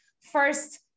first